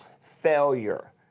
failure